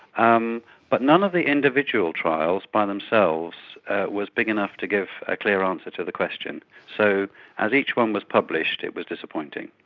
um but none of the individual trials by themselves was big enough to give a clear answer to the question. so as each one was published, it was disappointing.